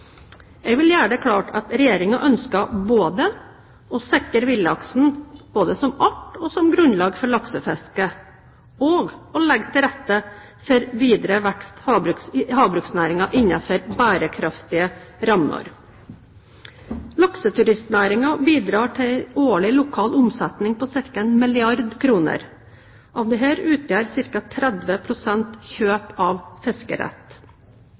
Jeg vil gjøre det klart at Regjeringen ønsker både å sikre villaksen som art og som grunnlag for laksefisket og å legge til rette for videre vekst i havbruksnæringen innenfor bærekraftige rammer. Lakseturistnæringen bidrar til en årlig lokal omsetning på ca. 1 milliard kr. Av dette utgjør ca. 30 pst. kjøp av fiskerett.